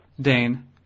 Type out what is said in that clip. Dane